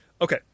Okay